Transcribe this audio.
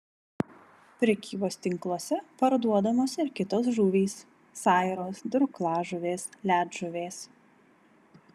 prekybos tinkluose parduodamos ir kitos žuvys sairos durklažuvės ledžuvės